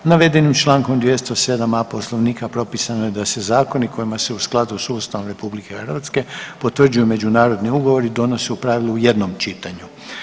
Navedenim člankom 207a. Poslovnika propisano je da se zakoni kojima se u skladu sa Ustavom RH potvrđuju međunarodni ugovori donose u pravilu u jednom čitanju.